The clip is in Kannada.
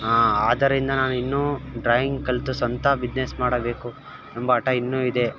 ಹಾಂ ಆದ್ದರಿಂದ ನಾನು ಇನ್ನೂ ಡ್ರಾಯಿಂಗ್ ಕಲಿತು ಸ್ವಂತ ಬಿಜ್ನೆಸ್ ಮಾಡಬೇಕು ಎಂಬ ಹಠ ಇನ್ನೂ ಇದೆ